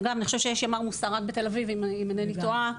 אני חושבת שיש ימ"ר מוסר רק בתל אביב אם אינני טועה,